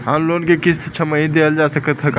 Home loan क किस्त छमाही देहल जा सकत ह का?